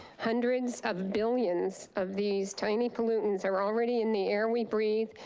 hundreds of billions of these tiny pollutants are already in the air we breathe,